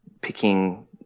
picking